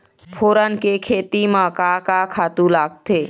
फोरन के खेती म का का खातू लागथे?